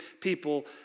people